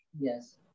Yes